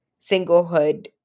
singlehood